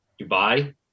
Dubai